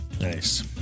Nice